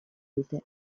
dute